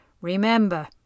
Remember